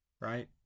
Right